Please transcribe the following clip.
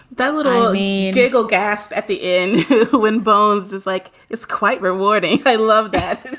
that would only go gasp at the end when bones. is like. it's quite rewarding i love that